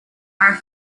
are